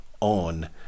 on